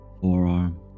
forearm